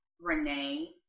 Renee